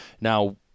now